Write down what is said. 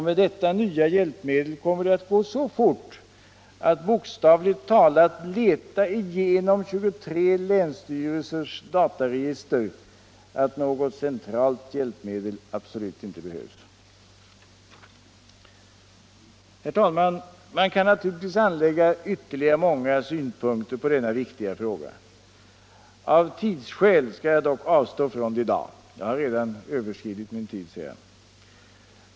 Med detta nya hjälpmedel kommer det att gå så fort att bokstavligt talat leta igenom 23 länsstyrelsers dataregister att något centralt hjälpmedel absolut inte behövs. Herr talman! Man kan naturligtvis anlägga ytterligare många synpunkter på denna viktiga fråga. Av tidsskäl skall jag dock avstå från det i dag. Jag har redan överskridit min tid ser jag.